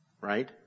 right